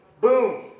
boom